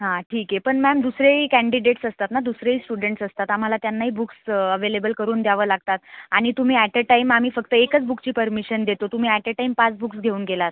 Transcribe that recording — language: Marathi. हा ठीक आहे पण मॅम दुसरेही कँडिडेटस असतात ना दुसरेही स्टुडंट्स असतात आम्हाला त्यांनाही बुक्स अवेलेबल करून द्यावं लागतात आणि तुम्ही ॲट ए टाईम आम्ही फक्त एकच बुकची परमिशन देतो तुम्ही ॲट ए टाईम पाच बुक्स घेऊन गेलात